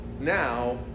Now